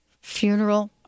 Funeral